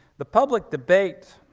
the public debate,